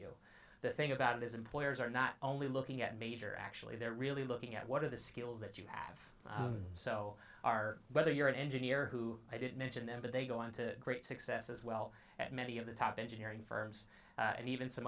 to think about is employers are not only looking at major actually they're really looking at what are the skills that you have so are whether you're an engineer who i didn't mention them but they go on to great success as well as many of the top engineering firms and even some